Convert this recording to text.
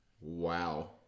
Wow